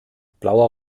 blauer